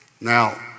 Now